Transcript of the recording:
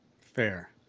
fair